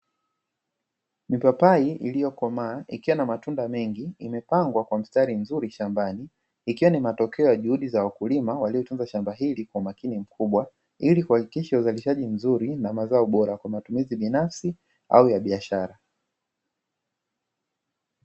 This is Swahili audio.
Mipapai iliyokomaa ikiwa na matunda mengi imepangwa kwa mstari mzuri shambani, ikiwa ni matokeo ya juhudi za wakulima waliotunza shamba hili kwa makini mkubwa, ili kuhakikisha uzalishaji mzuri na mazao bora kwa matumizi binafsi au ya biashara.